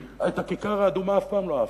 את הכיכר האדומה אף פעם לא אהבתי.